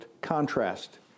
contrast